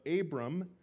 Abram